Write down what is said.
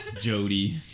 Jody